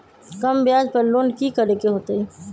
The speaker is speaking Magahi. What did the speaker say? कम ब्याज पर लोन की करे के होतई?